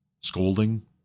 scolding